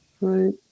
Right